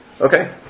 Okay